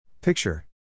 Picture